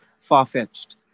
far-fetched